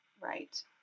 right